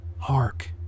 Hark